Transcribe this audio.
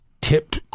tip